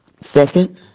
Second